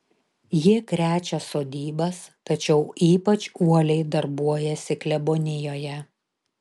jie krečia sodybas tačiau ypač uoliai darbuojasi klebonijoje